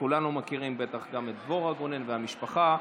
וכולנו מכירים בטח גם את דבורה גונן ואת המשפחה.